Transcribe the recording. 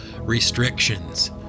restrictions